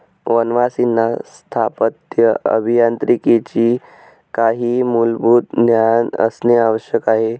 वनवासींना स्थापत्य अभियांत्रिकीचे काही मूलभूत ज्ञान असणे आवश्यक आहे